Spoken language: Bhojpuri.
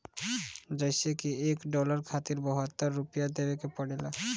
जइसे की एक डालर खातिर बहत्तर रूपया देवे के पड़ेला